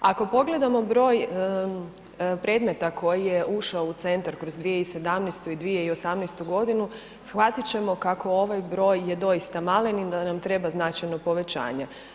Ako pogledamo broj predmeta koji je ušao u centar kroz 2017. i 2018. g. shvatiti ćemo kako ovaj broj je doista malen i da nam treba značajno povećanje.